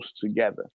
together